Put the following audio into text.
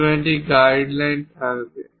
এবং একটি guideline থাকবে